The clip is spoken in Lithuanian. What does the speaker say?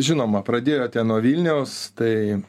žinoma pradėjote nuo vilniaus tai